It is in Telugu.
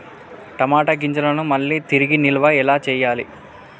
టమాట గింజలను మళ్ళీ తిరిగి నిల్వ ఎలా చేయాలి?